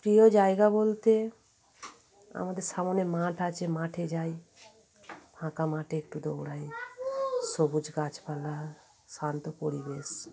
প্রিয় জায়গা বলতে আমাদের সামনে মাঠ আছে মাঠে যাই ফাঁকা মাঠে একটু দৌড়াই সবুজ গাছপালা শান্ত পরিবেশ